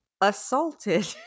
assaulted